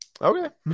Okay